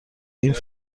این